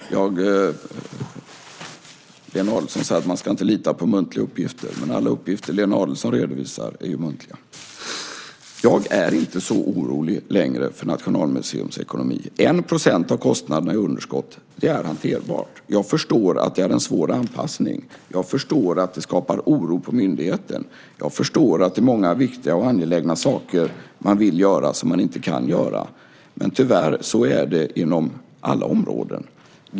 Lena Adelsohn säger att man inte ska lita på muntliga uppgifter, men alla uppgifter som Lena Adelsohn redovisar är ju muntliga. Jag är inte längre så orolig för Nationalmuseums ekonomi. Det är hanterbart med 1 % av kostnaderna i underskott. Jag förstår att det är en svår anpassning. Jag förstår att det skapar oro på myndigheten. Jag förstår att det är många viktiga och angelägna saker man vill göra som man inte kan göra, men tyvärr är det så inom alla områden.